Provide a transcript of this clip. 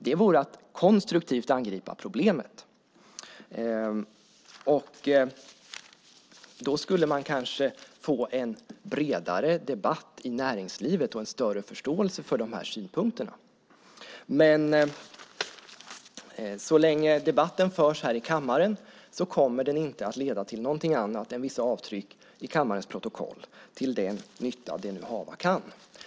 Det vore att konstruktivt angripa problemet. Då skulle vi kanske få en bredare debatt i näringslivet och en större förståelse för dessa synpunkter. Så länge debatten förs i denna kammare kommer den inte att leda till någonting annat än vissa avtryck i kammarens protokoll - till den nytta det hava kan.